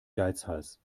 geizhals